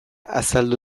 azaldu